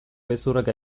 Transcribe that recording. gezurrak